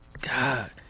God